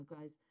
guys